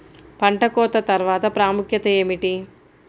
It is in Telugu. పంట కోత తర్వాత ప్రాముఖ్యత ఏమిటీ?